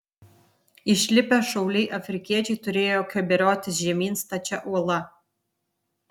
išlipę šauliai afrikiečiai turėjo keberiotis žemyn stačia uola